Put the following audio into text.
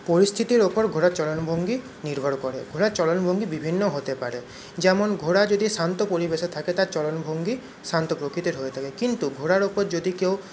পরিস্থিতির ওপর ঘোড়ার চলন ভঙ্গি নির্ভর করে ঘোড়ার চলন ভঙ্গি বিভিন্ন হতে পারে যেমন ঘোড়া যদি শান্ত পরিবেশে থাকে তার চলন ভঙ্গি শান্ত প্রকৃতির হয়ে থাকে কিন্তু ঘোড়ার ওপর যদি কেউ